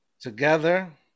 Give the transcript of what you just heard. together